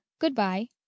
good-bye